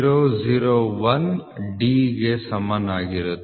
001D ಕ್ಕೆ ಸಮನಾಗಿರುತ್ತದೆ